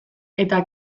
eta